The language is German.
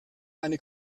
meine